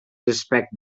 respect